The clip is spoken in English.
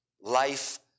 life